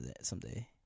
Someday